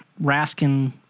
raskin